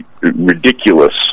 ridiculous